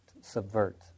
subvert